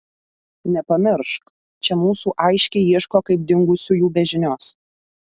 nepamiršk čia mūsų aiškiai ieško kaip dingusiųjų be žinios